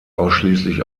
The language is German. ausschließlich